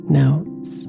notes